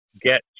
get